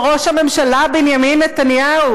שרק השמאל הוא מטרה.